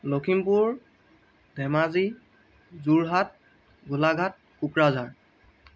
Lakhimpur Dhemaji Jorhat Golaghat Kokrajhar